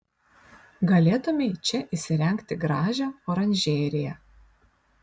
galėtumei čia įsirengti gražią oranžeriją